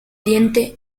diente